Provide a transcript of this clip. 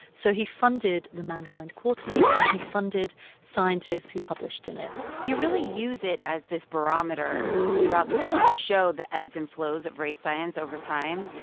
so he funded the mankind quarterly, and he funded scientists who published in it you really use it as this barometer throughout the book to show the ebbs and flows of race science over time.